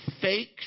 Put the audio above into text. fake